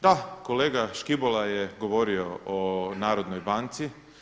Da, kolega Škibola je govorio o Narodnoj banci.